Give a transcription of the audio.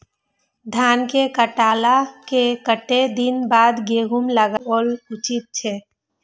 धान के काटला के कतेक दिन बाद गैहूं लागाओल उचित छे?